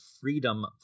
freedom